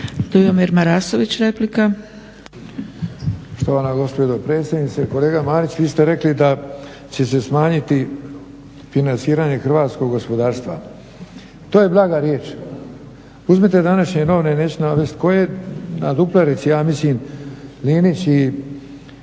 Dujomir (HDZ)** Poštovana gospođo dopredsjednice. Kolega Marić vi ste rekli da će se smanjiti financiranje hrvatskog gospodarstva. To je blaga riječ. Uzmite današnje novine, neću navesti koje, na duplerici ja mislim Linić i